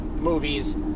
movies